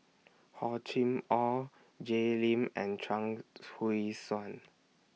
Hor Chim Or Jay Lim and Chuang Hui Tsuan